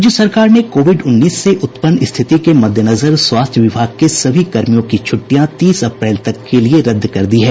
राज्य सरकार ने कोविड उन्नीस से उत्पन्न स्थिति के मद्देनजर स्वास्थ्य विभाग के सभी कर्मियों की छुट्टियां तीस अप्रैल तक के लिए रद्द कर दी है